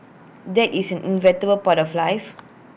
death is an inevitable part of life